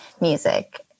music